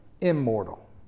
immortal